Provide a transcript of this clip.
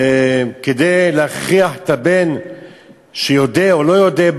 כדי להכריח את הבן שיודה או לא יודה,